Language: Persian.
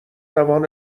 توان